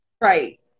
Right